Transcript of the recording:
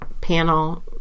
panel